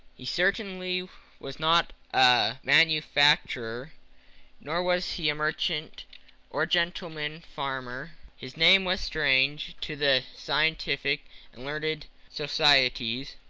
he certainly was not a manufacturer nor was he a merchant or a gentleman farmer. his name was strange to the scientific and learned societies,